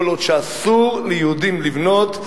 כל עוד אסור ליהודים לבנות,